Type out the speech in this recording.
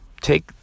Take